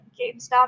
GameStop